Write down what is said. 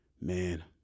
man